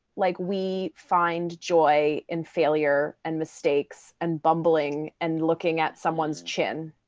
like we find joy in failure and mistakes and bumbling and looking at someone's chin